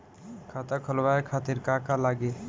खाता खोलवाए खातिर का का लागी?